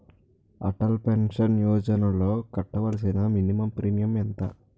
Atal pension యోజనలో కట్టవలసిన minimum premium ఎంత?